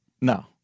No